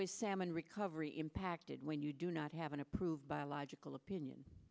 is salmon recovery impacted when you do not have an approved biological